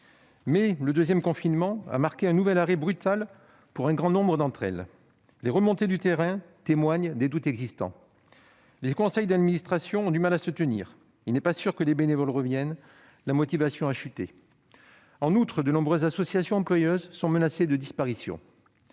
Mais le deuxième confinement a marqué un nouvel arrêt brutal pour un grand nombre d'associations. Les remontées du terrain témoignent des doutes existants : les conseils d'administration ont du mal à se tenir, il n'est pas sûr que les bénévoles reviennent. La motivation a chuté. En outre, de nombreuses associations employeuses sont menacées de disparition.